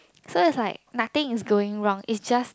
so it's like nothing is going wrong it's just